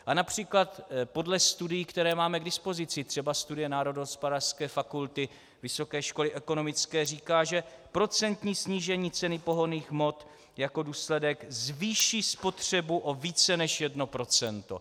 A například podle studií, které máme k dispozici, třeba studie Národohospodářské fakulty Vysoké školy ekonomické, říká, že procentní snížení ceny pohonných hmot jako důsledek zvýší spotřebu o více než jedno procento.